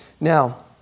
Now